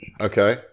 Okay